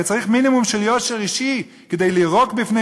הרי צריך מינימום של יושר אישי כדי לירוק בפני